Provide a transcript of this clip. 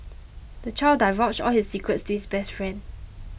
the child divulged all his secrets to his best friend